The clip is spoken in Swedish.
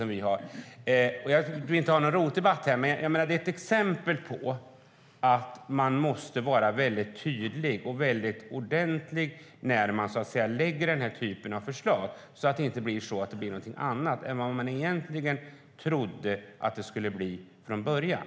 Jag vill inte ha en ROT-debatt, men ROT är ett exempel på att man måste vara tydlig och ordentlig när man lägger fram den typen av förslag så att förslaget inte blir något annat än vad man egentligen trodde att det skulle bli från början.